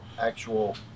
actual